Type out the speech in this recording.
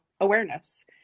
awareness